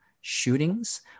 shootings